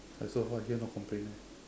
but so far I hear no complain